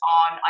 on